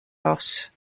loss